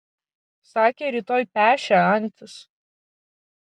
sakė rytoj pešią antis